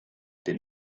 did